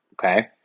okay